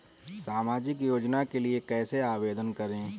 सामाजिक योजना के लिए कैसे आवेदन करें?